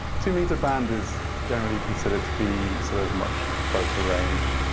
two meter band is generally considered to be sort of much closer range.